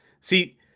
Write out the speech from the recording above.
See